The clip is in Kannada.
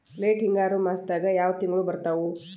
ಲೇಟ್ ಹಿಂಗಾರು ಮಾಸದಾಗ ಯಾವ್ ತಿಂಗ್ಳು ಬರ್ತಾವು?